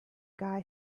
guy